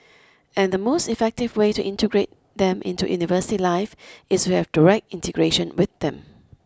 and the most effective way to integrate them into university life is to have direct integration with them